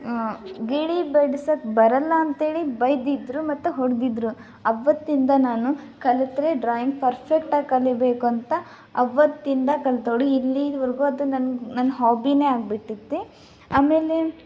ಗಿಳಿ ಬಿಡ್ಸಕ್ಕೆ ಬರೋಲ್ಲಾಂತ ಹೇಳಿ ಬೈದಿದ್ದರು ಮತ್ತು ಹೊಡೆದಿದ್ರು ಅವತ್ತಿಂದ ನಾನು ಕಲಿತ್ರೆ ಡ್ರಾಯಿಂಗ್ ಪರ್ಫೆಕ್ಟಾಗಿ ಕಲೀಬೇಕೂಂತ ಅವತ್ತಿಂದ ಕಲಿತವ್ಳು ಇಲ್ಲೀವರ್ಗೂ ಅದು ನನ್ನ ನನ್ನ ಹ್ವಾಬಿನೇ ಆಗ್ಬಿಟ್ಟಿದೆ ಆಮೇಲೆ